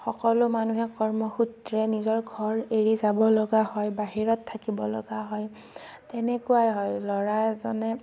সকলো মানুহে কৰ্মসূত্ৰে নিজৰ ঘৰ এৰি যাব লগা হয় বাহিৰত থাকিব লগা হয় তেনেকুৱাই হয় ল'ৰা এজনে